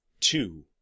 Two